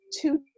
two